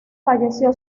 falleció